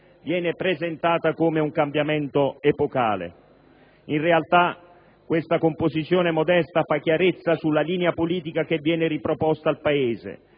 viene presentata come un cambiamento epocale. In realtà, questa composizione modesta fa chiarezza sulla linea politica che viene riproposta al Paese;